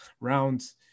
rounds